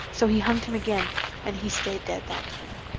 so he hunged him again and he stayed dead that time.